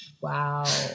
Wow